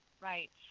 Right